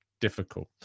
difficult